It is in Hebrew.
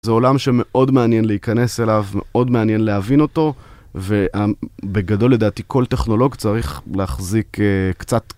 זה עולם שמאוד מעניין להיכנס אליו, מאוד מעניין להבין אותו ובגדול לדעתי כל טכנולוג צריך להחזיק קצת